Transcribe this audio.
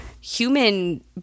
human